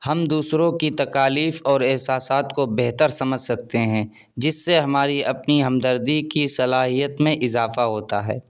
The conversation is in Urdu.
ہم دوسروں کی تکالیف اور احساسات کو بہتر سمجھ سکتے ہیں جس سے ہماری اپنی ہمدردی کی صلاحیت میں اضافہ ہوتا ہے